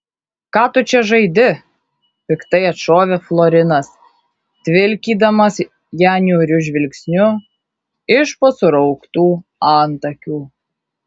ką tu čia žaidi piktai atšovė florinas tvilkydamas ją niūriu žvilgsniu iš po surauktų antakių